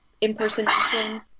impersonation